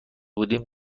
بودیم